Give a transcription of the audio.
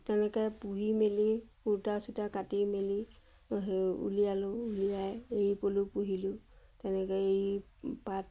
তেনেকৈ পুহি মেলি সূতা চূতা কাটি মেলি অঁ সেই উলিয়ালোঁ উলিয়াই এৰী পলু পুহিলোঁ তেনেকৈ এৰী পাত